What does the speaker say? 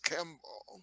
Kimball